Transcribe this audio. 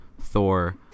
Thor